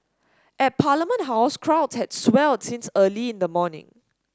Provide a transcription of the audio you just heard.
at Parliament House crowds had swelled since early in the morning